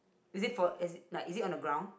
is it for as in like is it on the ground